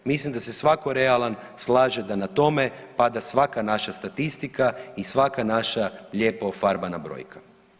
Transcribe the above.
Mislim da se svatko realan slaže da na tome pada svaka naša statistika i svaka naša lijepo ofarbana brojka.